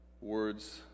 words